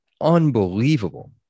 unbelievable